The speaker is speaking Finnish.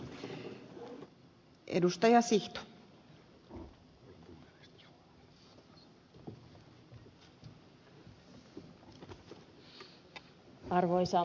arvoisa puhemies